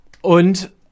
Und